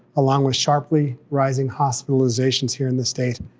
along with sharply rising hospitalizations here in the state.